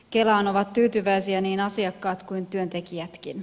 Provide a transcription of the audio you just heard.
kelaan ovat tyytyväisiä niin asiakkaat kuin työntekijätkin